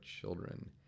children